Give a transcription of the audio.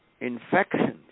infections